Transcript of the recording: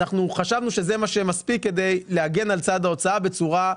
אנחנו חשבנו שזה מה שמספיק כדי להגן על צד ההוצאה בצורה מספקת.